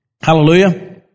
Hallelujah